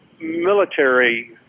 military